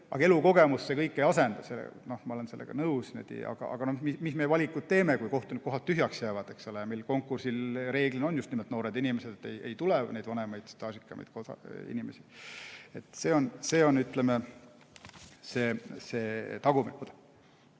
Aga elukogemust see kõik ei asenda, ma olen sellega nõus. Aga no mis valikuid me teeme, kui kohtunikukohad tühjaks jäävad ja konkursil reeglina on just nimelt noored inimesed. Ei tule neid vanemaid, staažikamaid inimesi. See oli vastus